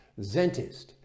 Zentist